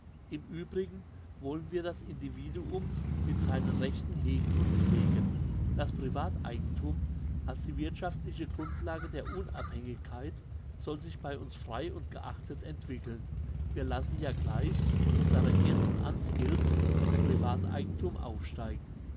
im übrigen wollen wir das individuum mit seinen rechten hegen und pflegen das privateigenthum als die wirthschaftliche grundlage der unabhängigkeit soll sich bei uns frei und geachtet entwickeln wir lassen ja gleich unsere ersten unskilleds ins privateigenthum aufsteigen